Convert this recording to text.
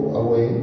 away